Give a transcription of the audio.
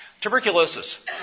Tuberculosis